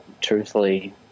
truthfully